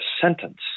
sentence